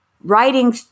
writing